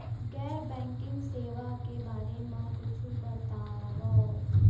गैर बैंकिंग सेवा के बारे म कुछु बतावव?